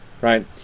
right